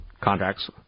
contracts